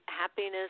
Happiness